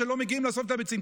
שלא מגיעים לאסוף את הביצים.